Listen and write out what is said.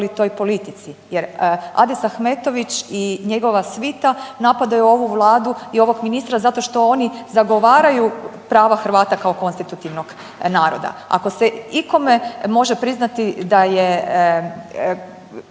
Hrvata kao konstitutivnog naroda. Ako se ikome može priznati da je